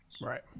Right